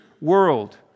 world